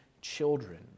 children